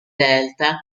delta